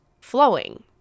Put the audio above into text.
flowing